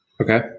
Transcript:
Okay